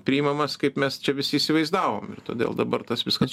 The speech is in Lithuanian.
priimamas kaip mes čia visi įsivaizdavom ir todėl dabar tas viskas